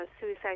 Suicide